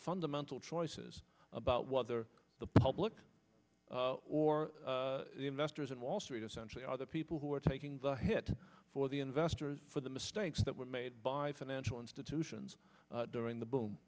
fundamental choices about what they are the public or investors in wall street essentially other people who are taking the hit for the investors for the mistakes that were made by financial institutions during the boom